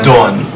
Done